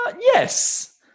Yes